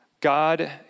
God